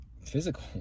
physical